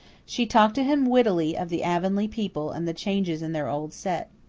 she talked to him wittily of the avonlea people and the changes in their old set.